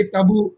Tabu